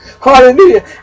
hallelujah